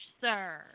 sir